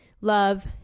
love